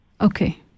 Okay